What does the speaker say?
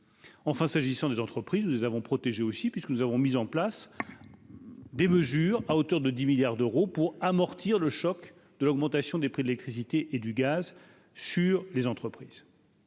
enfin, s'agissant des entreprises nous avons protégé aussi puisque nous avons mis en place des mesures à hauteur de 10 milliards d'euros pour amortir le choc de l'augmentation des prix de l'électricité et du gaz sur les entreprises,